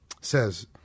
says